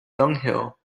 dunghill